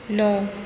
نو